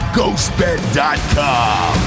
GhostBed.com